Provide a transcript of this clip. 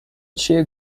چیه